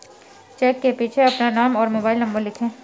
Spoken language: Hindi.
चेक के पीछे अपना नाम और मोबाइल नंबर लिखें